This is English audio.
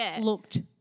looked